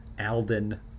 Alden